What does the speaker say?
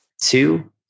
Two